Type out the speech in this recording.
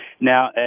Now